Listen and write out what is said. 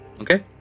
Okay